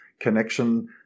connection